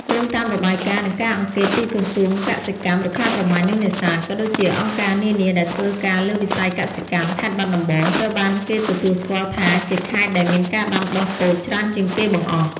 យោងតាមរបាយការណ៍ និងការអង្កេតពីក្រសួងកសិកម្ម រុក្ខាប្រមាញ់ និងនេសាទ ក៏ដូចជាអង្គការនានាដែលធ្វើការលើវិស័យកសិកម្ម ខេត្តបាត់ដំបង ត្រូវបានគេទទួលស្គាល់ថាជាខេត្តដែលមានការដាំដុះពោតច្រើនជាងគេបង្អស់។